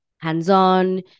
hands-on